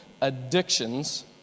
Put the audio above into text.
Addictions